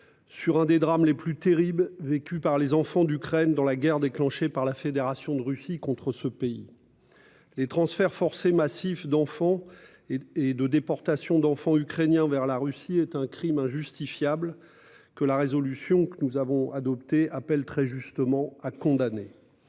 sur l'un des drames les plus terribles vécus par les enfants d'Ukraine au cours de la guerre déclenchée par la Fédération de Russie contre ce pays. Les transferts forcés massifs et les déportations d'enfants ukrainiens vers la Russie constituent un crime injustifiable, que la proposition de résolution que nous avons adoptée nous appelle, très justement, à condamner.